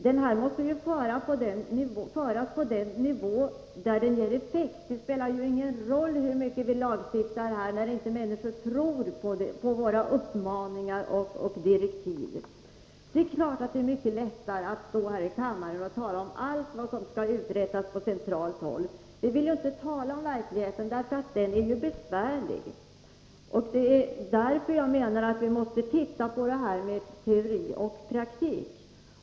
Debatten måste ju föras på den nivå där den ger effekt. Det spelar ingen roll hur mycket vi lagstiftar, när inte människorna tror på våra uppmaningar och direktiv. Det är självfallet mycket lättare att stå här i kammaren och tala om allt som skall uträttas på centralt håll. Vi vill juinte tala om verkligheten, eftersom den är besvärlig. Därför måste vi se på detta med teori och praktik.